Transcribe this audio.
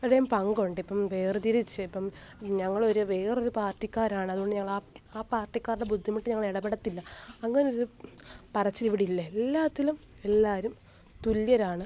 എടേം പങ്ക് ഉണ്ടിപ്പം വേർതിരിച്ചിപ്പം ഞങ്ങളൊരു വേറൊരു പാർട്ടിക്കാരാണ് അത്കൊണ്ട് ഞങ്ങളാ ആ പാർട്ടിക്കാരുടെ ബുദ്ധിമുട്ടിൽ ഞങ്ങൾ ഇടപെടത്തില്ല അങ്ങനൊരു പറച്ചിലിവിടില്ലേ എല്ലാത്തിലും എല്ലാവരും തുല്യരാണ്